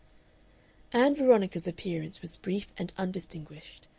ann veronica's appearance was brief and undistinguished.